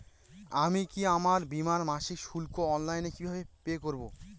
আমি কি আমার বীমার মাসিক শুল্ক অনলাইনে কিভাবে পে করব?